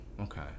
Okay